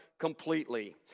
completely